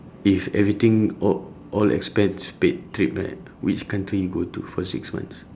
if everything all all expense paid trip right which country you go to for six months